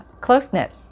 close-knit